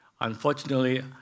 unfortunately